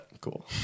cool